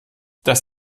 dass